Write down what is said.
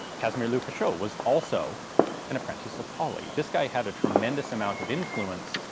casimir lefaucheux was also an apprentice of pauly. this guy had a tremendous amount of influence,